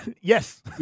Yes